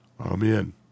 Amen